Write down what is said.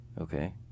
Okay